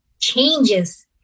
changes